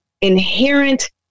inherent